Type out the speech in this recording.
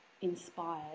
inspired